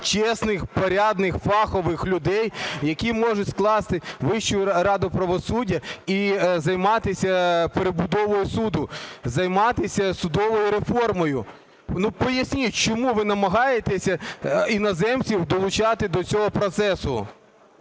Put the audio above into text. чесних, порядних, фахових людей, які можуть скласти Вищу раду правосуддя і займатися перебудовою суду, займатися судовою реформою? Поясніть, чому ви намагаєтесь іноземців долучати до цього процесу.